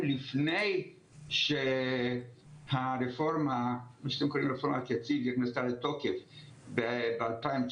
לפני מה שאתם קוראים רפורמת יציב שנכנסה לתוקף ב-2019,